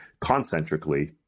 concentrically